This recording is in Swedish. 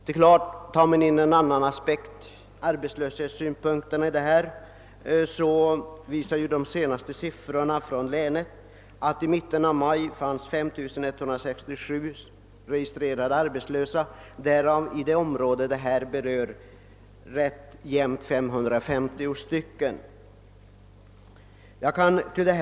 Ser man på arbetslösheten visar de senaste siffrorna att det i mitten av maj fanns 5 167 registrerade arbetslösa i länet, därav 550 i det berörda området.